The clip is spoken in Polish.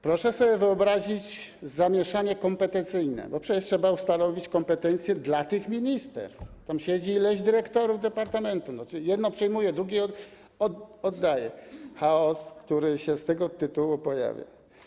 Proszę sobie wyobrazić zamieszanie kompetencyjne, bo przecież trzeba ustanowić kompetencje dla tych ministerstw, tam siedzi iluś dyrektorów departamentów, jedno przyjmuje, drugie oddaje, chaos, który się z tego tytułu pojawia.